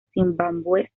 zimbabue